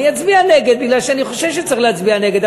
אני אצביע נגד כי אני חושב שצריך להצביע נגד,